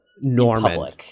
Norman